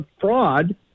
fraud